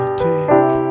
take